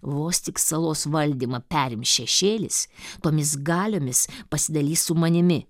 vos tik salos valdymą perims šešėlis tomis galiomis pasidalys su manimi